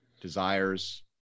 desires